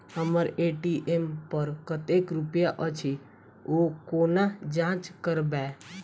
हम्मर ए.टी.एम पर कतेक रुपया अछि, ओ कोना जाँच करबै?